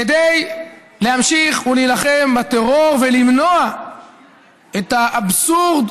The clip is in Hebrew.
כדי להמשיך להילחם בטרור ולמנוע את האבסורד,